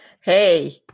Hey